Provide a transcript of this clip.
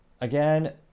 Again